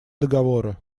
договоры